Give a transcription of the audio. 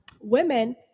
women